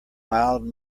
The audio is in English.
mild